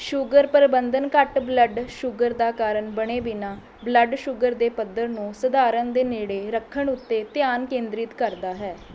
sugar ਪ੍ਰਬੰਧਨ ਘੱਟ blood sugar ਦਾ ਕਾਰਨ ਬਣੇ ਬਿਨਾਂ ਬਲੱਡ ਸ਼ੂਗਰ ਦੇ ਪੱਧਰ ਨੂੰ ਸਧਾਰਨ ਦੇ ਨੇੜੇ ਰੱਖਣ ਉੱਤੇ ਧਿਆਨ ਕੇਂਦ੍ਰਿਤ ਕਰਦਾ ਹੈ